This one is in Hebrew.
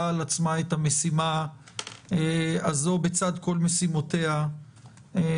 על עצמה את המשימה הזו בצד כל משימותיה האחרות,